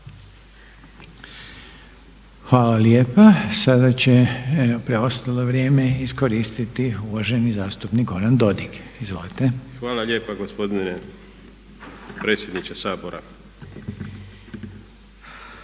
Hvala lijepa. Sada će preostalo vrijeme iskoristiti uvaženi zastupnik goran Dodig. Izvolite. **Dodig, Goran (HDS)** Hvala lijepa gospodine predsjedniče Sabora.